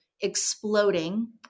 exploding